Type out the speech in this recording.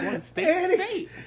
State